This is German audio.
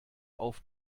auf